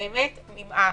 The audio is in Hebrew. באמת נמאס.